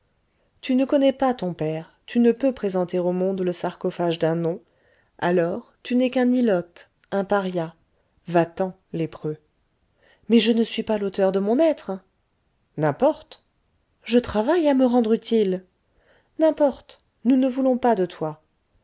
tu ne connais pas ton père tu ne peux présenter au monde le sarcophage d'un nom alors tu n'es qu'un ilote un paria va-t-en lépreux mais je ne suis pas l'auteur de mon être n'importe je travaille à me rendre utile n'importe nous ne voulons pas de toi